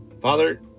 Father